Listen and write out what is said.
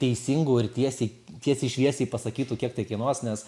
teisingų ir tiesiai tiesiai šviesiai pasakytų kiek tai kainuos nes